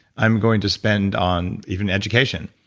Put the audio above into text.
i'm going to spend on even education.